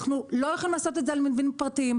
אנחנו לא יכולים לעשות את זה על מבנים פרטיים.